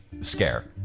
scare